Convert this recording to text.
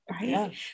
right